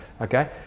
okay